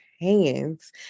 hands